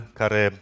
care